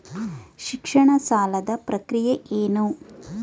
ಶಿಕ್ಷಣ ಸಾಲದ ಪ್ರಕ್ರಿಯೆ ಏನು?